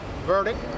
verdict